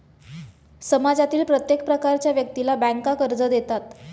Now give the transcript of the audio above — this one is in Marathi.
समाजातील प्रत्येक प्रकारच्या व्यक्तीला बँका कर्ज देतात